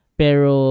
pero